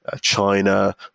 China